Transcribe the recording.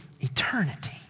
eternity